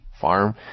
Farm